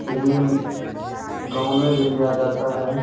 ऋण गाँव में भी लिया जाता है